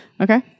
Okay